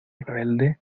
rebelde